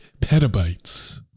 petabytes